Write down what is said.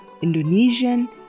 Indonesian